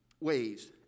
ways